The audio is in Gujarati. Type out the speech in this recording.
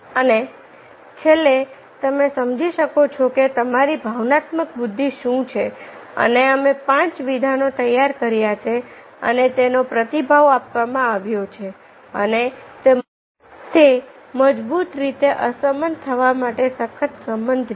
અને છેલ્લે તમે સમજી શકો છો કે તમારી ભાવનાત્મક બુદ્ધિ શું છે અને અમે પાંચ વિધાન તૈયાર કર્યા છે અને તેનો પ્રતિભાવ આપવામાં આવ્યો છે અને તે મજબૂત રીતે અસંમત થવા માટે સખત સંમત છે